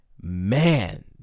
Man